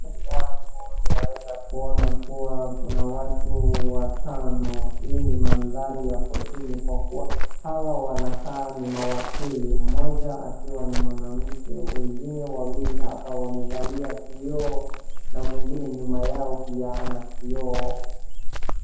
Mbele yangu ninaweza kuona kuwa kuna watu watano. Hii ni mandhari ya kotini kwa kuwa hawa wanakaa ni mawakili, mmoja akiwa ni mwanamke wengine wawili hapa wamevalia kioo na mwingine nyuma yao pia ana kioo.